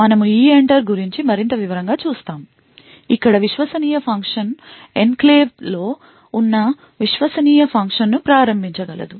కాబట్టి మనము EENTER గురించి మరింత వివరంగా చూస్తాము ఇక్కడ విశ్వసనీయ ఫంక్షన్ ఎన్క్లేవ్లో ఉన్న విశ్వసనీయ ఫంక్షన్ను ప్రారంభించగలదు